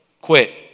quit